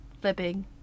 Flipping